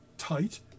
tight